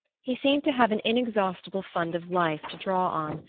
he seemed to have an inexhaustible fund of life to draw on,